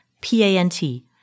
P-A-N-T